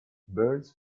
birds